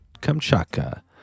Kamchatka